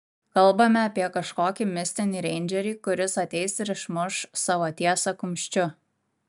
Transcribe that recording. kalbame apie kažkokį mistinį reindžerį kuris ateis ir išmuš savo tiesą kumščiu